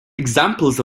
examples